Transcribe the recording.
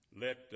let